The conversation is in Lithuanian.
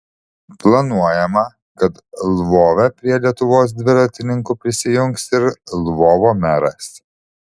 planuojama kad lvove prie lietuvos dviratininkų prisijungs ir lvovo meras